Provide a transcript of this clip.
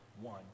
one